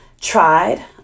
tried